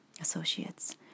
associates